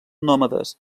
nòmades